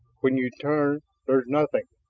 when you turn, there's nothing,